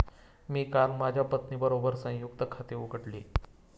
मी काल माझ्या पत्नीबरोबर संयुक्त खाते उघडले